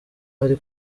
ari